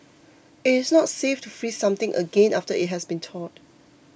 it is not safe to freeze something again after it has been thawed